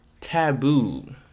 taboo